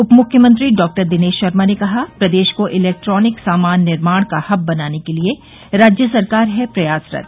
उप मुख्यमंत्री डॉक्टर दिनेश शर्मा ने कहा प्रदेश को इलेक्ट्रॉनिक सामान निर्माण का हब बनाने के लिए राज्य सरकार है प्रयासरत